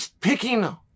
picking